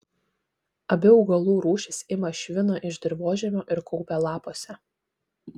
abi augalų rūšys ima šviną iš dirvožemio ir kaupia lapuose